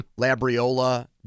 Labriola